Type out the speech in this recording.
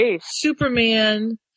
Superman